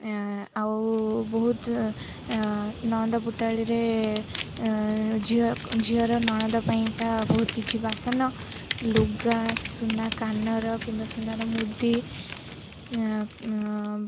ଆଉ ବହୁତ ନଣନ୍ଦ ପୁଟାଳରେ ଝିଅ ଝିଅର ନଣନ୍ଦ ପାଇଁକା ବହୁତ କିଛି ବାସନ ଲୁଗା ସୁନା କାନର କିମ୍ବା ସୁନାର ମୁଦି